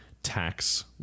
tax